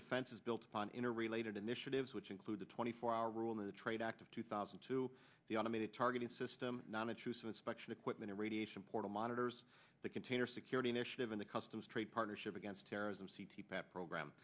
defense is built upon interrelated initiatives which include the twenty four hour rule in the trade act of two thousand to the automated targeting system non intrusive inspection equipment a radiation portal monitors the container security initiative in the customs trade partnership against terrorism c t pat program